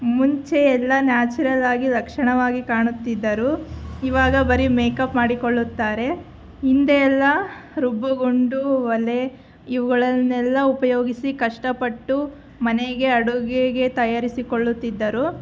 ಮುಂಚೆ ಎಲ್ಲ ನ್ಯಾಚುರಲ್ಲಾಗಿ ಲಕ್ಷಣವಾಗಿ ಕಾಣುತ್ತಿದ್ದರು ಇವಾಗ ಬರೇ ಮೇಕಪ್ ಮಾಡಿಕೊಳ್ಳುತ್ತಾರೆ ಹಿಂದೆ ಎಲ್ಲ ರುಬ್ಬುಗುಂಡು ಒಲೆ ಇವುಗಳನ್ನೆಲ್ಲ ಉಪಯೋಗಿಸಿ ಕಷ್ಟಪಟ್ಟು ಮನೆಗೆ ಅಡುಗೆಗೆ ತಯಾರಿಸಿಕೊಳ್ಳುತ್ತಿದ್ದರು